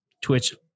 Twitch